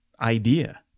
idea